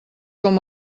com